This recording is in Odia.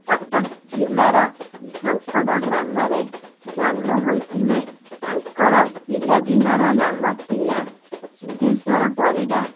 କଟକ ଜିଲ୍ଲାର ଝଙ୍କଡ଼ ଗ୍ରାମରେ ଜନ୍ମ ହୋଇଥିଲେ ତାଙ୍କର ପିଲାଦିନର ନାମ ଥିଲା ସିଦ୍ଧେଶ୍ୱର ପରିଡ଼ା